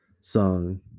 song